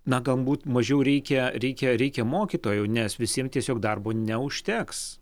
na galbūt mažiau reikia reikia reikia mokytojų nes visiem tiesiog darbo neužteks